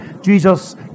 Jesus